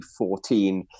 2014